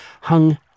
hung